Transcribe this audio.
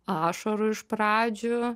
ašarų iš pradžių